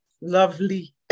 lovely